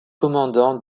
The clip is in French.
commandant